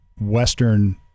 Western